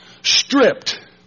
Stripped